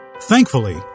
thankfully